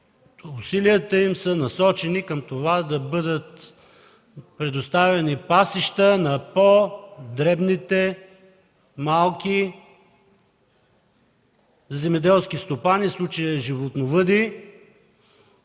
усилията им са насочени към това да бъдат предоставени пасища на по-дребните земеделски стопани, в случая животновъди,